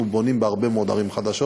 אנחנו בונים בהרבה מאוד ערים חדשות,